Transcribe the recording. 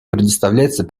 предоставляется